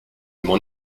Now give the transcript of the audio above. m’en